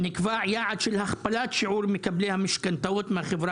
נקבע יעד של הכפלת שיעור מקבלי המשכנתאות מהחברה